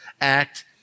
act